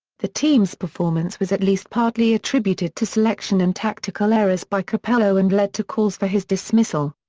the team's performance was at least partly attributed to selection and tactical errors by capello and led to calls for his dismissal.